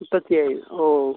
മുപ്പത്തി ഏയ് ഓ